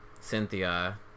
cynthia